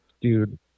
dude